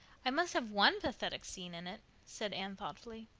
i must have one pathetic scene in it, said anne thoughtfully.